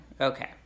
Okay